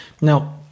Now